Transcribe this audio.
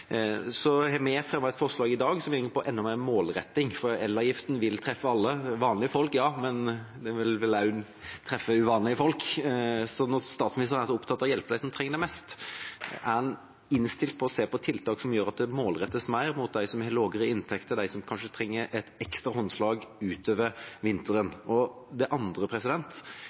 Så har vi fremmet et forslag i dag som dreier seg om enda mer målretting, for elavgiften vil treffe alle – vanlige folk, ja, men den vil også treffe uvanlige folk. Når statsministeren er så opptatt av å hjelpe dem som trenger det mest, er han innstilt på å se på tiltak som gjør at de målrettes mer mot dem som har lavere inntekter, de som kanskje trenger et ekstra håndslag utover vinteren? Det andre